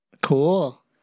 Cool